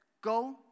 Go